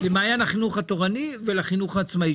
למעיין החינוך התורני ולחינוך העצמאי,